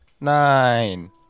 nine